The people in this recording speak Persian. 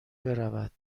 برود